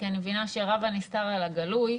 כי אני מבינה שרב הנסתר על הגלוי,